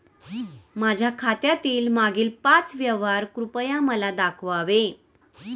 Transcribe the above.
माझ्या खात्यातील मागील पाच व्यवहार कृपया मला दाखवावे